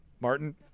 Martin